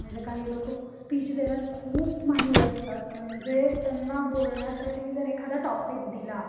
म्हणजे काही लोक स्पीच देण्यात खूप माहीर असतात म्हणजे त्यांना बोलण्यासाठी जर एखादा टॉपिक दिला